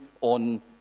on